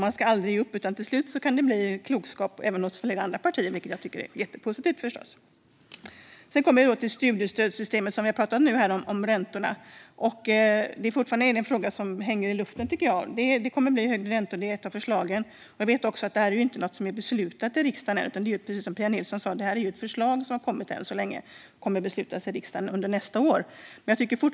Man ska aldrig ge upp - till slut kan det bli klokskap även hos flera andra partier, vilket jag förstås tycker är jättepositivt! Jag går vidare till studiestödssystemet. Vi har pratat om räntorna, och jag tycker fortfarande att det är en fråga som hänger i luften. Högre räntor är ett av förslagen. Jag vet att detta inte är beslutat i riksdagen ännu, utan precis som Pia Nilsson sa är det än så länge endast ett förslag som har kommit. Det kommer att beslutas i riksdagen nästa år.